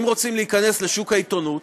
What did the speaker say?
אם רוצים להיכנס לשוק העיתונות,